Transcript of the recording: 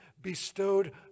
bestowed